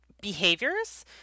behaviors